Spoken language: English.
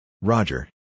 Roger